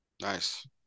Nice